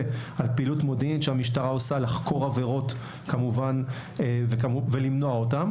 על פעילות מודיעין שהמשטרה עושה כמובן כדי לחקור עבירות ולמנוע אותם